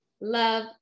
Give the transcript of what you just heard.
love